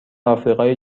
آفریقای